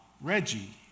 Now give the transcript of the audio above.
Reggie